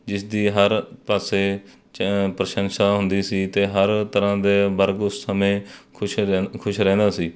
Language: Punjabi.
ਜਿਸ ਦੀ ਹਰ ਪਾਸੇ ਚ ਪ੍ਰਸ਼ੰਸਾ ਹੁੰਦੀ ਸੀ ਅਤੇ ਹਰ ਤਰ੍ਹਾਂ ਦੇ ਵਰਗ ਉਸ ਸਮੇਂ ਖੁਸ਼ ਰਹਿੰ ਖੁਸ਼ ਰਹਿੰਦਾ ਸੀ